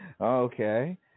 okay